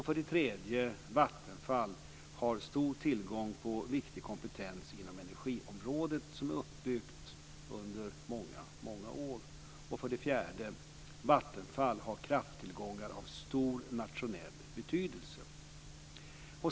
För det tredje har Vattenfall stor tillgång på viktig kompetens inom energiområdet som är uppbyggd under många år. För det fjärde har Vattenfall krafttillgångar av stor nationell betydelse.